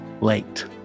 late